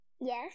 Yes